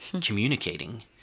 communicating